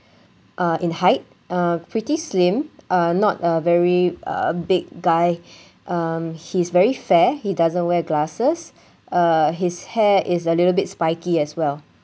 uh in height uh pretty slim uh not a very uh big guy um he's very fair he doesn't wear glasses uh his hair is a little bit spiky as well